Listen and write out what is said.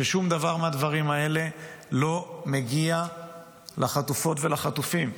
שום דבר מהדברים האלה לא מגיע לחטופות ולחטופים,